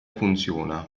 funziona